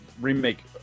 remake